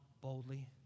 boldly